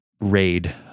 raid